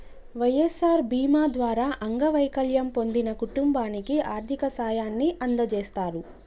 వై.ఎస్.ఆర్ బీమా ద్వారా అంగవైకల్యం పొందిన కుటుంబానికి ఆర్థిక సాయాన్ని అందజేస్తారు